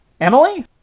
Emily